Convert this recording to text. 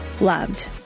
loved